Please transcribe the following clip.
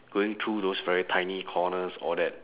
going through those very tiny corners all that